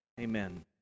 Amen